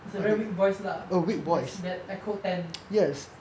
it's a very weak voice lah there's that echoed ten